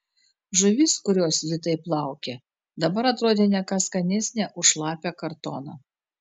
žuvis kurios ji taip laukė dabar atrodė ne ką skanesnė už šlapią kartoną